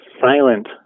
silent